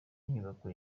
inyubako